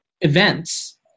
events